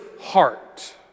heart